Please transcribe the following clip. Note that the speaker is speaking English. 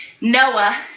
Noah